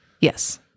yes